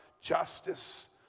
justice